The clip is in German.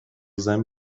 sein